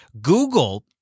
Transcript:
Google